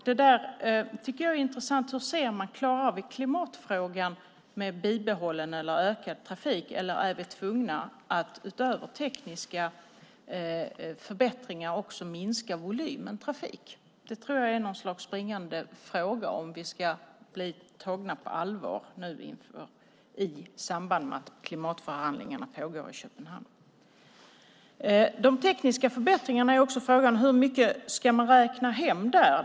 Det är intressant att se om man klarar av klimatfrågan med bibehållen eller ökad trafik eller om vi är tvungna att utöver tekniska förbättringar minska volymen trafik. Det tror jag är något slags springande punkt om vi ska bli tagna på allvar nu i samband med att klimatförhandlingarna pågår i Köpenhamn. Beträffande de tekniska förbättringarna är frågan hur mycket man ska räkna hem.